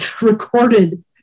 recorded